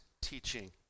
teaching